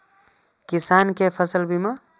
किसान कै फसल बीमा?